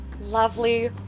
lovely